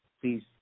Please